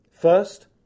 First